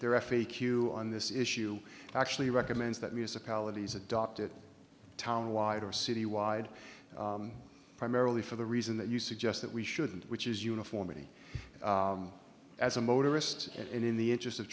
their f a q on this issue actually recommends that municipalities adopted town wide or citywide primarily for the reason that you suggest that we shouldn't which is uniformity as a motorist it in the interest of